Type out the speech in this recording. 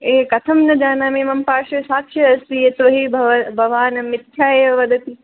कथं न जानामि मम पार्श्वे साक्षी अस्ति यतो हि भव भवान् मिथ्याम् एव वदति